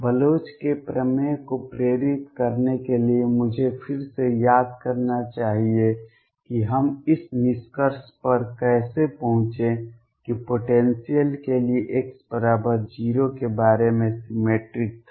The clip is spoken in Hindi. बलोच के प्रमेय को प्रेरित करने के लिए मुझे फिर से याद करना चाहिए कि हम इस निष्कर्ष पर कैसे पहुंचे कि पोटेंसियल के लिए x 0 के बारे में सिमेट्रिक था